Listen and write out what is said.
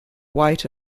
white